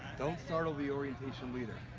don't startle the orientation leader.